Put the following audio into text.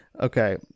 Okay